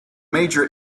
major